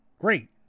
Great